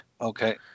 Okay